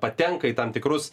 patenka į tam tikrus